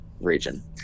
region